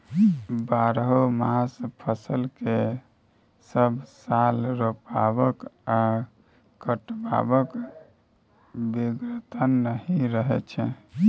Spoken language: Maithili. बरहमासा फसल केँ सब साल रोपबाक आ कटबाक बेगरता नहि रहै छै